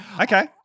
Okay